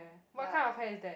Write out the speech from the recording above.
ya